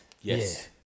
Yes